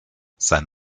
sein